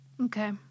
Okay